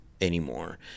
anymore